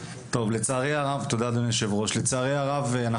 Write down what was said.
לצערי הרב,